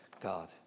God